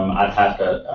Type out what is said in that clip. i'd have to,